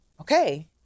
okay